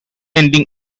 ending